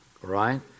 right